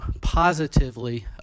positively